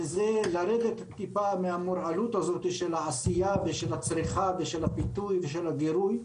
לרדת טיפה מהמורעלות הזאת של העשייה ושל הצריכה ושל הפיתוי ושל הגירוי,